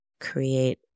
create